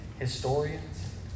historians